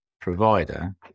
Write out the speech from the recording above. provider